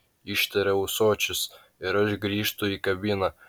ištaria ūsočius ir aš grįžtu į kabiną